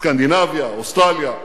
סקנדינביה, אוסטרליה.